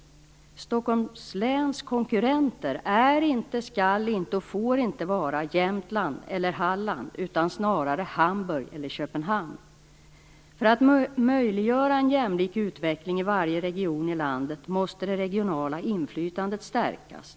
Stockholms läns konkurrenter är inte, skall inte och får inte vara Jämtland eller Halland, utan det är snarare Hamburg eller Köpenhamn. För att möjliggöra en jämlik utveckling i varje region i landet måste det regionala inflytandet stärkas.